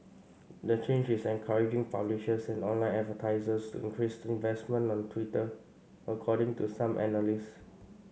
the change is encouraging publishers and online advertisers to increase investment on Twitter according to some analysts